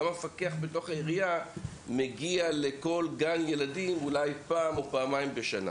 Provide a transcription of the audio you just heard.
גם המפקח בתוך העירייה מגיע לתוך גן ילדים אולי פעם או פעמיים בשנה.